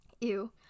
Ew